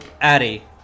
Addy